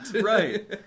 Right